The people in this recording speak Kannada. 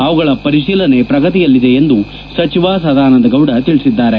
ಅವುಗಳ ಪರಿತೀಲನೆ ಪ್ರಗತಿಯಲ್ಲಿವೆ ಎಂದು ಸಚಿವ ಸದಾನಂದ ಗೌಡ ತಿಳಿಸಿದ್ದಾರೆ